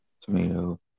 tomato